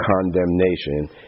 condemnation